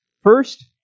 First